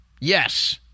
Yes